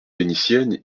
vénitienne